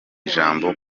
ijambo